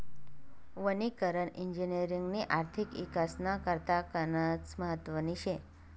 वनीकरण इजिनिअरिंगनी आर्थिक इकासना करता गनच महत्वनी शे